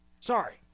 Sorry